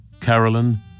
Carolyn